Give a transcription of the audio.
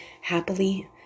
happily